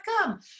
come